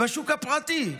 בשוק הפרטי.